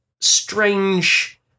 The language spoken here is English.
strange